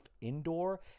Indoor